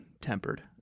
tempered